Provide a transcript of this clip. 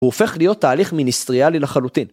הוא הופך להיות תהליך מיניסטריאלי לחלוטין.